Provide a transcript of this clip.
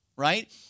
right